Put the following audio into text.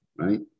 right